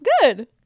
Good